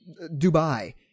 Dubai